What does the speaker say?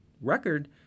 record